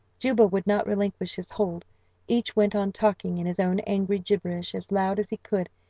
juba would not relinquish his hold each went on talking in his own angry gibberish as loud as he could,